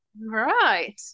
Right